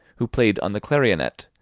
who played on the clarionet,